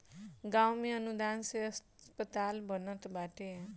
गांव में अनुदान से अस्पताल बनल बाटे